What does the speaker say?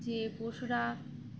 যে পশুরা